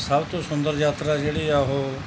ਸਭ ਤੋਂ ਸੁੰਦਰ ਯਾਤਰਾ ਜਿਹੜੀ ਆ ਉਹ